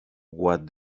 what